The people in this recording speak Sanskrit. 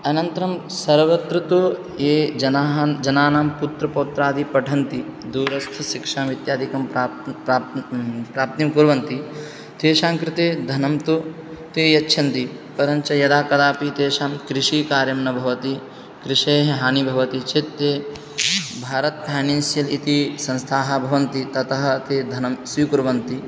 अनन्तरं सर्वत्र तु ये जनाः जनानां पुत्रपौत्रादि पठन्ति दूरस्थ शिक्षाम् इत्यादिकं प्राप् प्राप् प्राप्तिं कुर्वन्ति तेषां कृते धनं तु ते यच्छन्ति परञ्च यदा कदापि तेषां कृषिकार्यं न भवति कृषेः हानिः भवति चेत् ते भारत् फ़ैनन्शियल् इति संस्थाः भवन्ति ततः ते धनं स्वीकुर्वन्ति